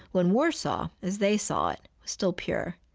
when warsaw as they saw it, was still pure.